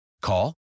Call